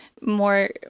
more